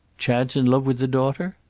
chad's in love with the daughter?